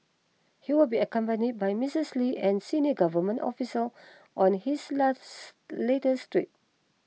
he will be accompanied by Misses Lee and senior government officials on his last latest trip